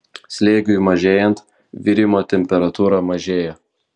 slėgiui mažėjant virimo temperatūra mažėja